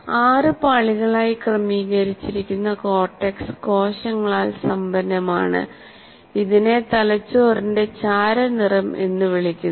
ആറ് പാളികളായി ക്രമീകരിച്ചിരിക്കുന്ന കോർടെക്സ് കോശങ്ങളാൽ സമ്പന്നമാണ് ഇതിനെ തലച്ചോറിന്റെ ചാരനിറം എന്ന് വിളിക്കുന്നു